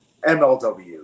MLW